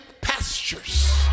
pastures